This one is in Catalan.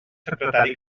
secretari